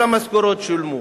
כל המשכורות שולמו,